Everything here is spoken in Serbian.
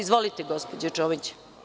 Izvolite, gospođo Čomić.